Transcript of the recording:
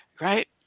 right